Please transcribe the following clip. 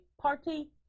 party